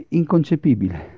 inconcepibile